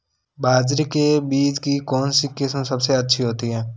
बाजरे के बीज की कौनसी किस्म सबसे अच्छी होती है?